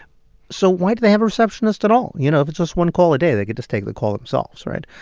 so why do they have a receptionist at all? you know, if it's just one call a day, they could just take the call themselves, right?